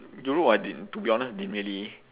europe I didn't to be honest I didn't really